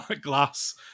glass